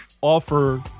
offer